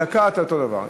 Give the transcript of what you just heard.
דקה, אותו דבר.